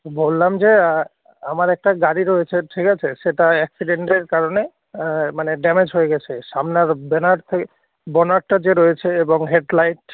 বললাম যে আমার একটা গাড়ি রয়েছে ঠিক আছে সেটা অ্যাক্সিডেন্টের কারণে মানে ড্যামেজ হয়ে গেছে সামনের ব্যানার থেকে বনেটটা যে রয়েছে এবং হেডলাইট